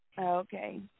Okay